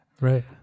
Right